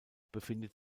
befindet